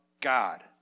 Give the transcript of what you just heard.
God